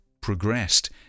progressed